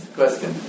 question